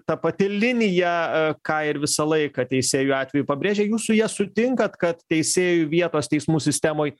ta pati linija ką ir visą laiką teisėjų atveju pabrėžia jūs su ja sutinkat kad teisėjų vietos teismų sistemoj